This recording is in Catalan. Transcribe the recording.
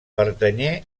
pertanyé